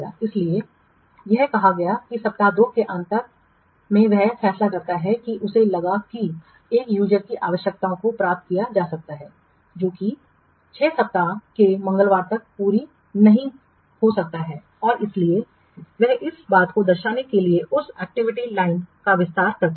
इसलिए इसीलिए यह कहा गया कि सप्ताह 2 के अंत में वह फैसला करता है कि उसे लगा कि एक उपयोगकर्ता की आवश्यकताओं को प्राप्त किया जा सकता है जो कि 6 सप्ताह के मंगलवार तक पूरा नहीं हो सकता है और इसलिए इसलिए वह इस बात को दर्शाने के लिए उस एक्टिविटी लाइन का विस्तार करता है